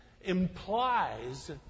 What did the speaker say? implies